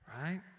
Right